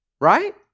Right